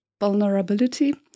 vulnerability